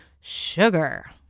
Sugar